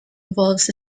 involves